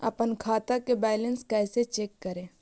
अपन खाता के बैलेंस कैसे चेक करे?